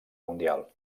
mundial